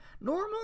normal